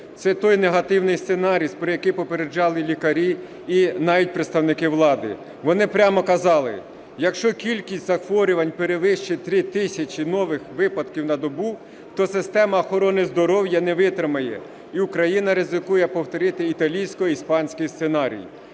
Це той негативний сценарій, про який попереджали лікарі і навіть представники влади. Вони прямо казали, якщо кількість захворювань перевищить 3 тисячі нових випадків на добу, то система охорони здоров'я не витримає і Україна ризикує повторити італійсько-іспанський сценарій.